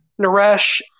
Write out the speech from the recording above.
Naresh